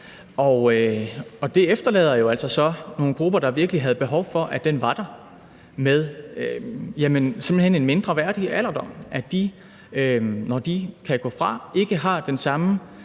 simpelt hen nogle grupper, der virkelig havde behov for, at den var der, med en mindre værdig alderdom, altså at de, når de kan gå fra, ikke har den samme